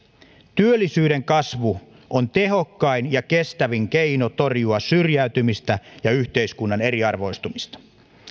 työllisyyden kasvu on tehokkain ja kestävin keino torjua syrjäytymistä ja yhteiskunnan eriarvoistumista